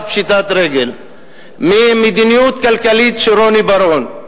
פשיטת רגל ממדיניות כלכלית של רוני בר-און.